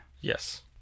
Yes